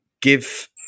give